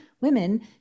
women